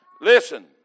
Listen